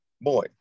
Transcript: boy